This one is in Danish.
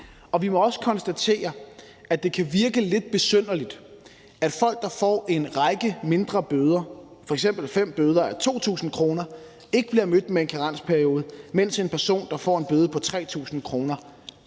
Vi må også konstatere, at det kan virke lidt besynderligt, at folk, der får en række mindre bøder, f.eks. fem bøder a 2.000 kr., ikke bliver mødt med en karensperiode, mens en person, der får en bøde på 3.000 kr.